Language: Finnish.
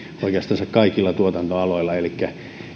oikeastaan kaikilla tuotantoaloilla elikkä